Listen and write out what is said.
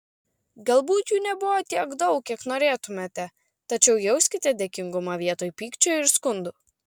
galbūt jų nebuvo tiek daug kiek norėtumėte tačiau jauskite dėkingumą vietoj pykčio ir skundų